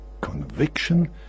conviction